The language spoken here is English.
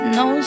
no